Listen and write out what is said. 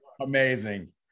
amazing